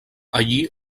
allí